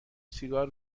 سیگار